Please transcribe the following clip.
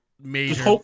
major